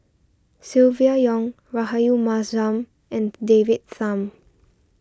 Silvia Yong Rahayu Mahzam and David Tham